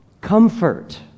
comfort